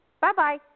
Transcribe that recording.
Bye-bye